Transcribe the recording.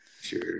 Sure